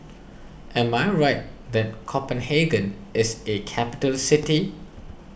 am I right that Copenhagen is a capital city